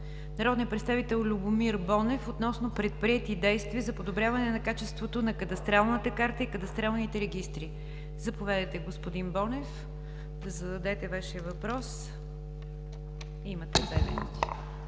народния представител Любомир Бонев относно предприети действия за подобряване на качеството на кадастралната карта и кадастралните регистри. Заповядайте, господин Бонев, да зададете Вашия въпрос. Имате две минути.